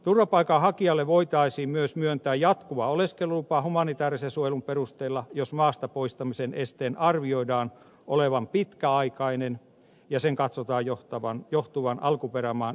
turvapaikan hakijalle voitaisiin myös myöntää jatkuva oleskelulupa humanitäärisen suojelun perusteella jos maastapoistamisen esteen arvioidaan olevan pitkäaikainen ja sen katsotaan johtuvan alkuperämaan yleisestä tilanteesta